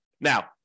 Now